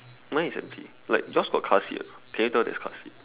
mine is empty like yours got car seat or not can you tell there is car seat